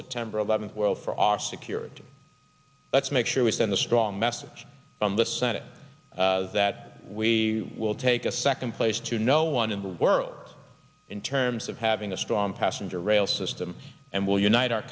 september eleventh world for our security let's make sure we send a strong message from the senate that we will take a second place to no one in the world in terms of having a strong passenger rail system and will unite our